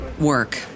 work